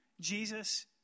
Jesus